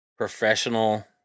professional